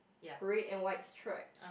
red and white stripes